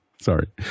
Sorry